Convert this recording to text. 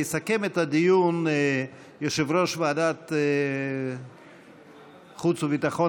יסכם את הדיון יושב-ראש ועדת החוץ והביטחון